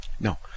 No